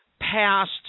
passed